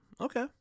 Okay